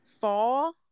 fall